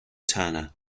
turner